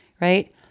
right